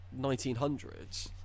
1900s